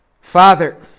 Father